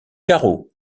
carreau